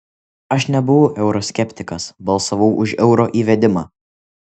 aš nebuvau euro skeptikas balsavau už euro įvedimą